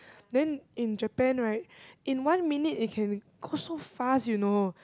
then in Japan right in one minute it can go so fast you know